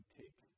take